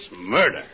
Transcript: murder